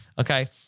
Okay